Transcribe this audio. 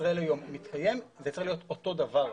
בישראל היום מתקיים, זה צריך להיות אותו דבר.